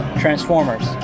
Transformers